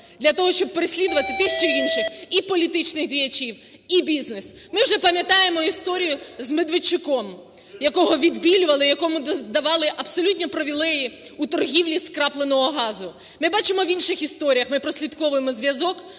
для того, щоб переслідувати тих чи інших і політичних діячів, і бізнес. Ми вже пам'ятаємо історію з Медведчуком, якого відбілювали, якому давали абсолютні привілеї у торгівлі скрапленого газу. Ми бачимо в інших історіях, ми прослідковуємо зв'язок,